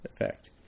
Effect